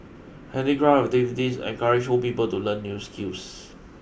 handicraft activities encourage old people to learn new skills